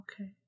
Okay